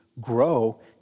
grow